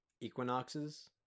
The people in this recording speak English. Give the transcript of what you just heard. equinoxes